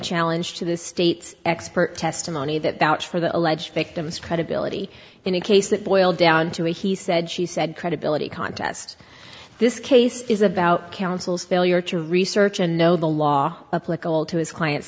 challenge to the state's expert testimony that vouched for the alleged victim's credibility in a case that boiled down to a he said she said credibility contest this case is about council's failure to research and know the law a political to his client's